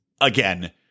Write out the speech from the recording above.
again